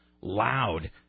loud